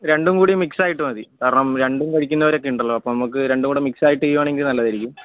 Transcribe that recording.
രണ്ടും കൂടി മിക്സ് ആയിട്ട് മതി കാരണം രണ്ടും കഴിക്കുന്നവരൊക്കെ ഉണ്ടല്ലോ അപ്പം നമുക്ക് രണ്ടും കൂടെ മിക്സ് ആയിട്ട് ചെയ്യുകയാണെങ്കിൽ നല്ലതായിരിക്കും